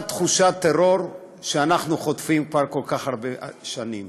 תחושת טרור שאנחנו חוטפים כבר כל כך הרבה שנים.